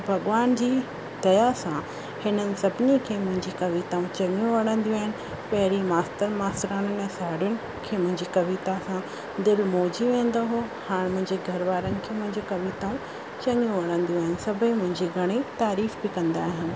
भॻवान जी दया सां हिन सभनीनि खे मुंहिंजी कविताऊं चङी वणंदियूं आहिनि पहिरीं मास्तर मास्तराणियुनि ऐं साहेड़ियुनि खे मुंहिंजी कविता सां दिलि मौजी वेंदो उहो हाणे मुंहिंजे घर वारनि खे मुंहिंजी कविताऊं चङी वणदियूं आहिनि सभई मुंहिंजी घणई तारीफ़ बि कंदा आहिनि